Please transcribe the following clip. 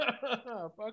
Fuck